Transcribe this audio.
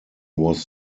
was